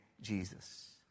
Jesus